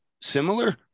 similar